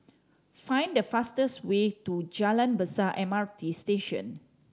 find the fastest way to Jalan Besar M R T Station